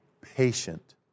patient